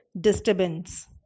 disturbance